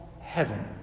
heaven